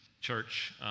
church